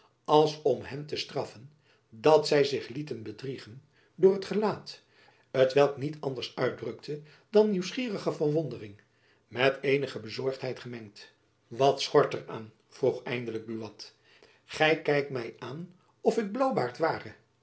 als om hen te straffen dat zy zich lieten bedriegen door dat gelaat t welk niet jacob van lennep elizabeth musch anders uitdrukte dan nieuwsgierige verwondering met eenige bezorgdheid gemengd wat schort er aan vroeg eindelijk buat gy kijkt my aan of ik blaauwbaard ware